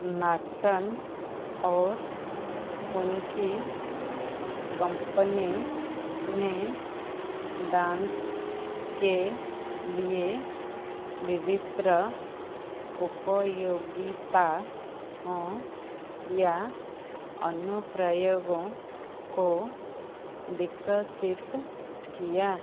नाटन और उनकी कंपनी ने डांस के लिए विभिन्न उपयोगिताओं या अनुप्रयोगों को विकसित किया